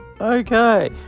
Okay